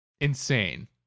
Insane